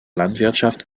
landwirtschaft